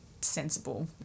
sensible